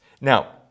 Now